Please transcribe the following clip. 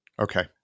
Okay